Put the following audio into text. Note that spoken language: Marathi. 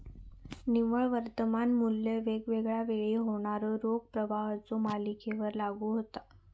निव्वळ वर्तमान मू्ल्य वेगवेगळा वेळी होणाऱ्यो रोख प्रवाहाच्यो मालिकेवर लागू होता